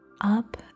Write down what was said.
up